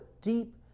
deep